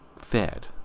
fed